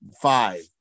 five